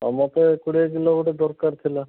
ଆଉ ମୋତେ କୋଡ଼ିଏ କିଲୋ ଗୋଟେ ଦରକାର ଥିଲା